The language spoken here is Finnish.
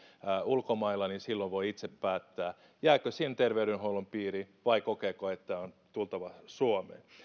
ulkomailla niin silloin voi itse päättää jääkö sen terveydenhuollon piiriin vai kokeeko että on tultava suomeen